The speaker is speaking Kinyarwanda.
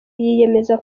yiyemeza